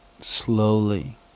Slowly